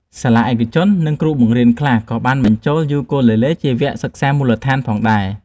សាលាឯកជន និងគ្រូបង្រៀនខ្លះក៏បានបញ្ចូលយូគូលេលេជាវគ្គសិក្សាមូលដ្ឋានផងដែរ។